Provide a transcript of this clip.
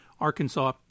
arkansas